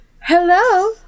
Hello